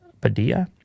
Padilla